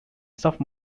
soft